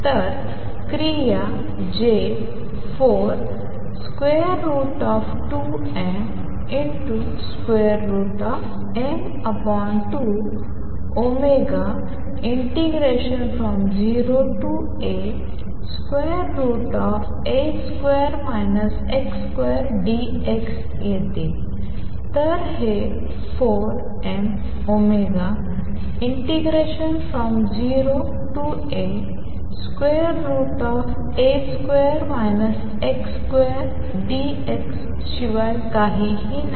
तर क्रिया J 42mm20A√dx येते तर हे 4mω0A√dx शिवाय काहीच नाही